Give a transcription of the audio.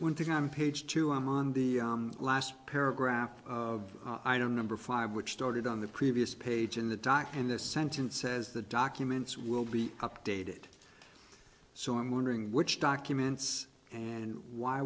one thing on page two i'm on the last paragraph of i don't number five which started on the previous page in the dock and this sentence says the documents will be updated so i'm wondering which documents and why